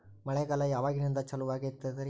ಮಳೆಗಾಲ ಯಾವಾಗಿನಿಂದ ಚಾಲುವಾಗತೈತರಿ?